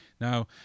Now